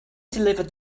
delivered